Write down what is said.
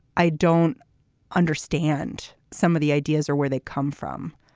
i don't understand some of the ideas or where they come from.